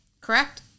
Correct